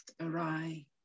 awry